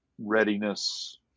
readiness